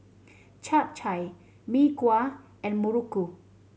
Chap Chai Mee Kuah and muruku